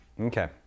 okay